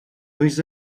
with